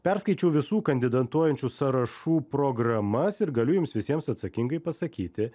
perskaičiau visų kandidatuojančių sąrašų programas ir galiu jums visiems atsakingai pasakyti